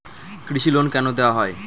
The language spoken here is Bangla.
কৃষি লোন কেন দেওয়া হয়?